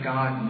God